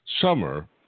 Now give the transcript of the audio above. Summer